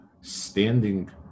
standing